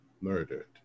murdered